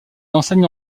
enseigne